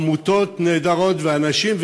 עמותות נהדרות ואנשים,